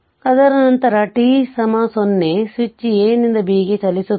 ಅದರ ನಂತರ t 0 switch A ನಿಂದ B ಗೆ ಚಲಿಸುತ್ತದೆ